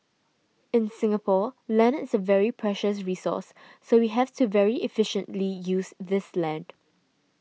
in Singapore land is a very precious resource so we have to very efficiently use this land